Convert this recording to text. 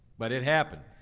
but it happened.